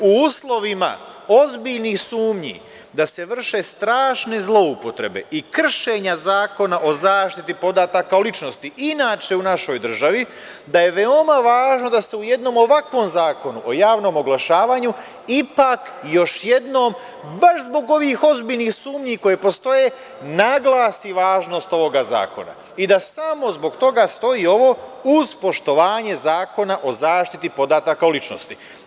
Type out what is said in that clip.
U uslovima ozbiljnih sumnji da se vrše strašne zloupotrebe i kršenja Zakona o zaštiti podataka o ličnosti inače u našoj državi da je veoma važno da se u jednom ovakvom Zakonu o javnom oglašavanju ipak još jednom baš zbog ovih ozbiljnih sumnji, koje postoje, naglasi važnost ovog zakona i da samo zbog toga stoji ovo – uz poštovanje Zakona o zaštiti podataka o ličnosti.